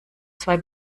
zwei